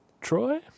troy